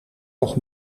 nog